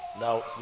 now